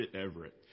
Everett